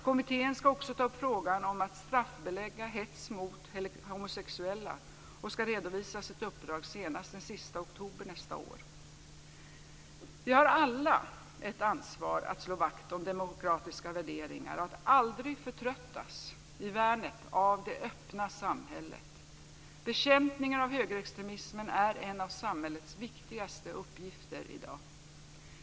Kommittén ska också ta upp frågan om att straffbelägga hets mot homosexuella och ska redovisa sitt uppdrag senast den sista oktober nästa år. Vi har alla ett ansvar för att slå vakt om demokratiska värderingar och att aldrig förtröttas i värnet av det öppna samhället. Bekämpningen av högerextremismen är en av samhällets viktigaste uppgifter i dag.